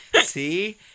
See